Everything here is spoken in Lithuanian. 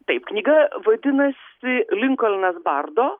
taip knyga vadinasi linkolnas bardo